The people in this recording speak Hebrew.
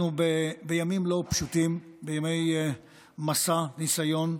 אנחנו בימים לא פשוטים, בימי מסע, ניסיון,